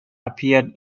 appeared